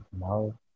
now